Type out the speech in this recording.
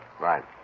Right